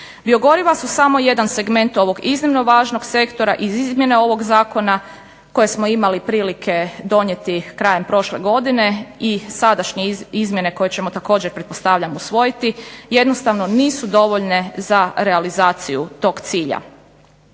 Biogoriva su samo jedan segment ovog iznimno važnog sektora i izmjene ovog zakona koje smo imali prilike donijeti krajem prošle godine i sadašnje izmjene koje ćemo također pretpostavljam usvojiti jednostavno nisu dovoljne za realizaciju tog cilja.